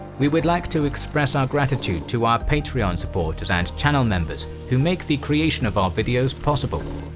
we would like to express our gratitude to our patreon supporters and channel members, who make the creation of our videos possible.